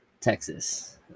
Texas